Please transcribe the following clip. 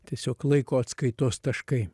tiesiog laiko atskaitos taškai